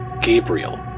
Gabriel